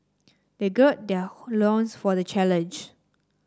they gird their loins for the challenge